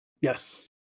Yes